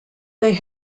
they